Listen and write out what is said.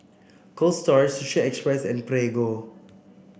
Cold Storage Sushi Express and Prego